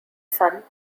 son